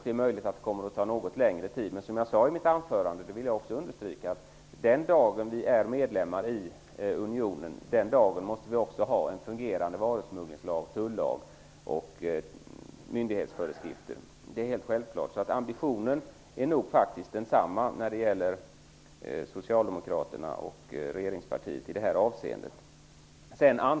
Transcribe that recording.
Det är möjligt att det kommer att ta något längre tid, men som jag sade i mitt huvudanförande -- och det vill jag understryka -- måste vi den dagen vi är medlemmar i unionen också ha fungerande varusmugglingslag, tullag och myndighetsföreskrifter. Det är självklart, så ambitionen är nog densamma för Socialdemokraterna och regeringspartierna i det här avseendet.